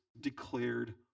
declared